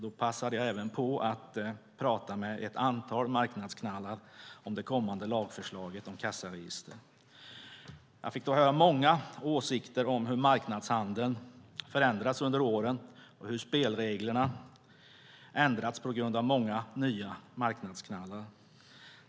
Då passade jag även på att prata med ett antal marknadsknallar om det kommande lagförslaget om kassaregister. Jag fick då höra många åsikter om hur marknadshandeln förändrats under åren och hur spelreglerna ändrats på grund av många nya marknadsknallar.